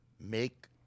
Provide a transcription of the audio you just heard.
make